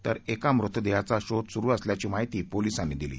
तर एका मृतदेहाचा शोध सुरु असल्याची माहिती पोलिसांनी दिली